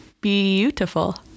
beautiful